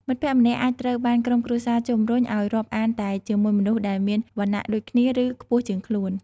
មិត្តភក្តិម្នាក់អាចត្រូវបានក្រុមគ្រួសារជំរុញឱ្យរាប់អានតែជាមួយមនុស្សដែលមានវណ្ណៈដូចគ្នា ឬខ្ពស់ជាងខ្លួន។